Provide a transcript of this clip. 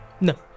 no